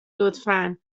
لطفا